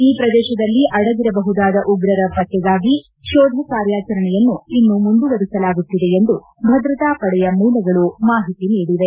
ಈ ಪ್ರದೇಶದಲ್ಲಿ ಅಡಗಿರಬಹುದಾದ ಉಗ್ರರ ಪತ್ತೆಗಾಗಿ ಶೋಧ ಕಾರ್ಯಾಚರಣೆಯನ್ನು ಇನ್ನೂ ಮುಂದುವರೆಸಲಾಗುತ್ತಿದೆ ಎಂದು ಭದ್ರತಾ ಪಡೆಯ ಮೂಲಗಳು ಮಾಹಿತಿ ನೀಡಿವೆ